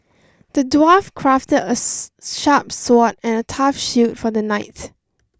the dwarf crafted a sharp sword and a tough shield for the knight